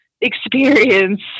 experience